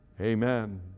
Amen